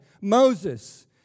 Moses